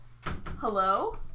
Hello